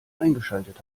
eingeschaltet